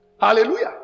Hallelujah